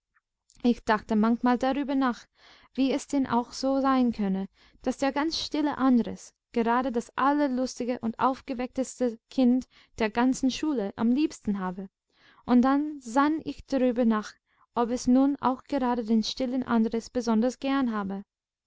ich dachte manchmal darüber nach wie es denn auch so sein könne daß der ganz stille andres gerade das allerlustigste und aufgeweckteste kind der ganzen schule am liebsten habe und dann sann ich darüber nach ob es nun auch gerade den stillen andres besonders gern habe